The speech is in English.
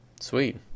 Sweet